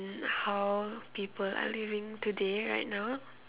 in how people are living today right now